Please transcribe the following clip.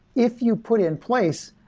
if you put it in place,